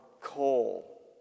coal